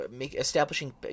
establishing